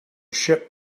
ship